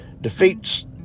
defeats